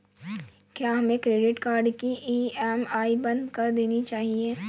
क्या हमें credit card की ई.एम.आई बंद कर देनी चाहिए?